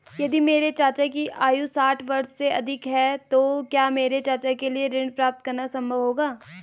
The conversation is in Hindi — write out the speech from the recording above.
यदि मेरे चाचा की आयु साठ वर्ष से अधिक है तो क्या मेरे चाचा के लिए ऋण प्राप्त करना संभव होगा?